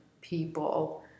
people